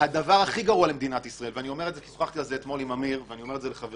אביא את זה מעולם ציבורי